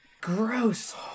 Gross